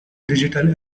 digital